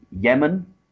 Yemen